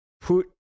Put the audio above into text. put